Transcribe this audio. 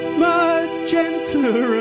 magenta